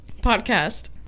podcast